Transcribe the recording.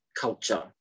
culture